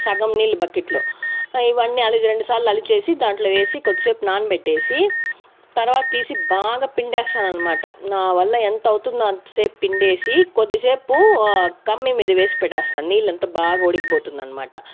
సగం నీళ్ళు బకెట్ లో ఇవన్నీ అలిచి రెండు సార్లు అలిచేసి దాంట్లో వేసి కొద్దిసేపు నాన బెట్టేసి తర్వాత తీసి బాగా పిండేస్తానన్మాట నా వల్ల ఎంతవుతుందో అంతసేపు పిండేసి కొద్దిసేపు కమ్మీ మీద వేసి పెట్టేస్తా నీళ్లంతా బాగ ఒడిగిపోతుందన్మాట